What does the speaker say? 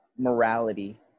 morality